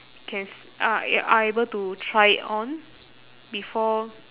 can s~ are are able to try it on before